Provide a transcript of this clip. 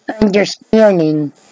understanding